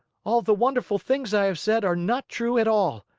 all the wonderful things i have said are not true at all.